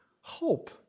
hope